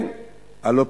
עוד ועדה?